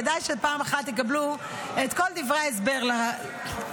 כדי שפעם אחת יקבלו את כל דברי ההסבר לתקציב.